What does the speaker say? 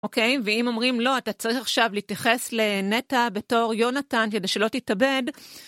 אוקיי, ואם אומרים לא, אתה צריך עכשיו להתייחס לנטע בתור יונתן, כדי שלא תתאבד.